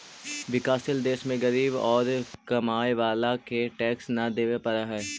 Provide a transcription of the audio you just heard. विकासशील देश में गरीब औउर कमाए वाला के टैक्स न देवे पडऽ हई